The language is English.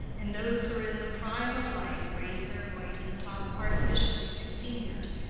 and those who are in the prime of life raise their voice and talk artificially to seniors,